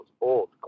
old